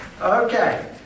Okay